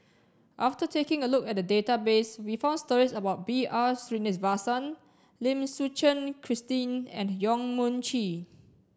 after taking a look at the database we found stories about B R Sreenivasan Lim Suchen Christine and Yong Mun Chee